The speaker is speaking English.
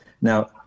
Now